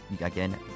again